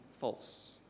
false